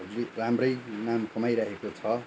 हजुर राम्रै नाम कमाइरहेको छ